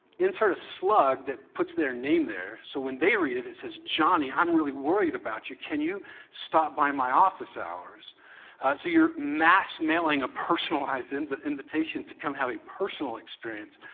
insert a slug that puts their name there so when they read it, it says, johnny i'm really worried about you. can you stop by my office hours so you're mass mailing a personalized and but invitation to come have a personal experience.